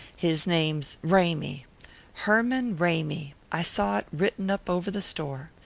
his name's ramy herman ramy i saw it written up over the store.